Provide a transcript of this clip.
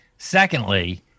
Secondly